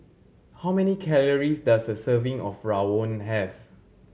how many calories does a serving of Rawon have